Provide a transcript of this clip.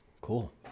Cool